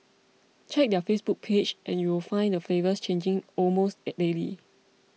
check their Facebook page and you will find the flavours changing almost